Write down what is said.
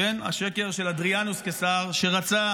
השקר של אדריאנוס קיסר שרצה